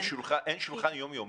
אין שולחן יום-יומי?